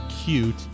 cute